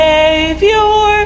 Savior